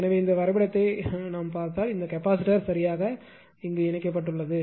எனவே இந்த வரைபடத்தைப் பார்த்தால் இந்த கெபாசிட்டார் சரியாக இணைக்கப்பட்டுள்ளது